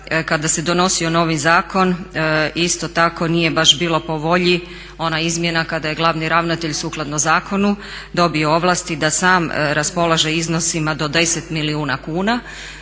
kada se donosio novi zakon isto tako nije baš bilo po volji ona izmjena kada je glavni ravnatelj sukladno zakonu dobio ovlasti da sam raspolaže iznosima do 10 milijuna kuna.